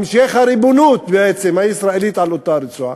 המשך הריבונות הישראלית על אותה רצועה.